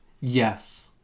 yes